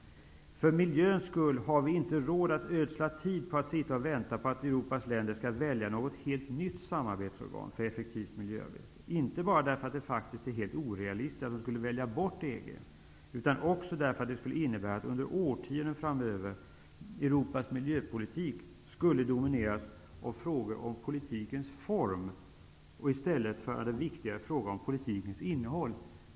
För miljöns skull har vi inte råd att ödsla tid på att sitta och vänta på att Europas länder skall välja ett helt nytt samarbetsorgan för effektivt miljöarbete. Inte bara därför att det faktiskt är helt orealistiskt att de skulle välja bort EG, utan också därför att det skulle innebära att under årtionden framöver skulle Europas miljöpolitik domineras av frågor om politikens form, i stället för av den viktigare frågan om politikens innehåll.